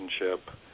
relationship